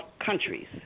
countries